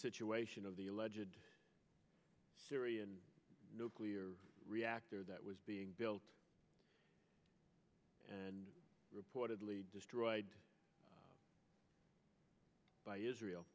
situation of the alleged syrian nuclear reactor that was being built and reportedly destroyed by israel